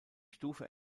stufe